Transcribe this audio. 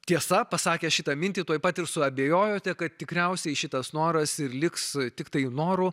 tiesa pasakęs šitą mintį tuoj pat ir suabejojote kad tikriausiai šitas noras ir liks tiktai noru